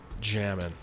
Jamming